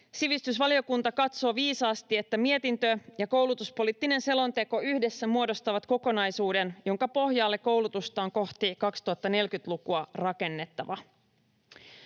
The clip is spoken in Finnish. Sivistysvaliokunta katsoo viisaasti, että mietintö ja koulutuspoliittinen selonteko yhdessä muodostavat kokonaisuuden, jonka pohjalle koulutusta on kohti 2040-lukua rakennettava.